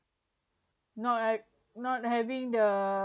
not ha~ not having the